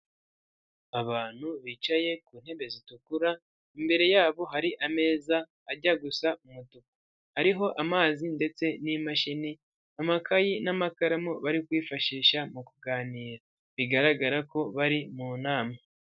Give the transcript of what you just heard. Abantu bicaye ku ntebe zitukura imbere yabo hari ameza ajya gusa umutuku ariho amazi ndetse n'imashini amakayi, n'amakaramu bari kwifashisha mu kuganira bigaragara ko bari mu nama.